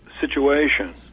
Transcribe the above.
situation